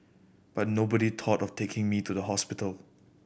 but nobody thought of taking me to the hospital